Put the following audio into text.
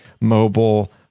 mobile